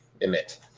emit